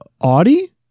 Audi